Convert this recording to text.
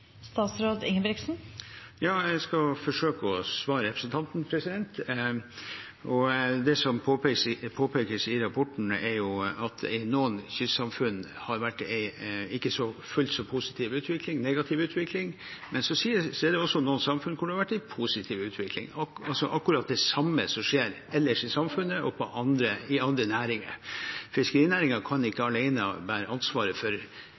Ja, jeg skal forsøke å svare representanten. Det som påpekes i rapporten, er at det i noen kystsamfunn har vært en ikke fullt så positiv utvikling, en negativ utvikling, men så er det også noen samfunn hvor det har vært en positiv utvikling – altså akkurat det samme som skjer ellers i samfunnet og i andre næringer. Fiskerinæringen kan ikke alene bære ansvaret for